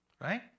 right